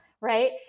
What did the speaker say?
right